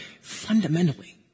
fundamentally